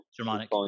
Germanic